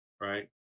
right